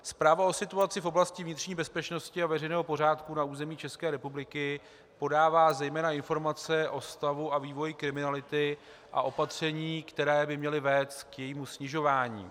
Zpráva o situaci v oblasti vnitřní bezpečnosti a veřejného pořádku na území České republiky podává zejména informace o stavu a vývoji kriminality a opatření, která by měla vést k jejímu snižování.